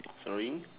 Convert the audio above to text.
sorry